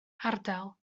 ardal